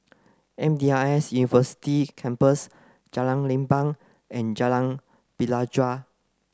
M D I S University Campus Jalan Leban and Jalan Pelajau